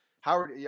Howard